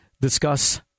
discuss